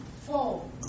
Four